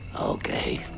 Okay